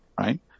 right